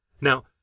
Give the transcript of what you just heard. Now